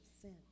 sin